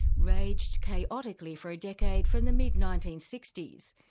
raged chaotically for a decade from the mid nineteen sixty s.